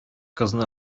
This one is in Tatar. кызны